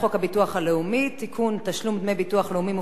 תשלום דמי ביטוח לאומי מופחתים לסטודנט ללימודי